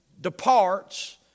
departs